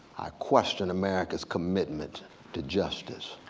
question america's commitment to justice.